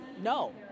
no